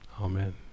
Amen